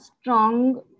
strong